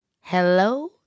Hello